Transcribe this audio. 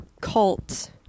cult